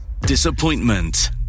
disappointment